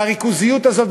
והריכוזיות הזאת,